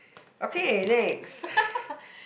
okay next